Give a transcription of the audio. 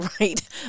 right